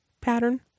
pattern